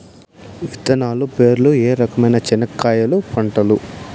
విత్తనాలు పేర్లు ఏ రకమైన చెనక్కాయలు పంటలు?